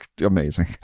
amazing